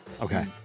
Okay